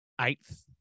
eighth